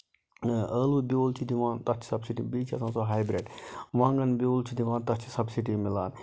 ٲلوٕ بیول چھُ دوان تَتھ چھِ سَبسِڈی بیٚیہِ چھُ آسان سُہ ہایبرڈ وانگَن بیول چھُ دِوان تَتھ چھُ سَبسِڈی مِلان